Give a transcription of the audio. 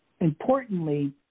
importantly